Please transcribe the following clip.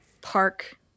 park